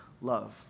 love